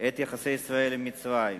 את יחסי ישראל עם מצרים,